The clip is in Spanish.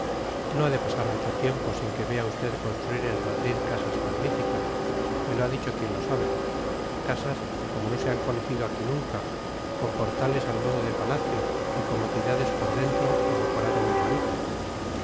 no ha de pasar mucho tiempo sin que vea usted construir en madrid casas magníficas me lo ha dicho quien lo sabe casas como no se han conocido aquí nunca con portales al modo de palacio y comodidades por dentro y decorado muy bonito